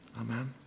Amen